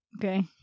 Okay